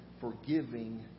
forgiving